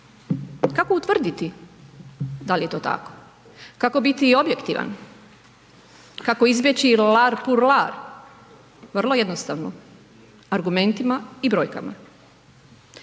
Kako utvrditi da li je to tako, kako biti objektivan, kako izbjeći lart pour lart? Vrlo jednostavno, argumentima i brojkama